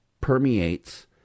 permeates